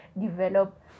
develop